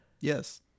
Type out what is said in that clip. Yes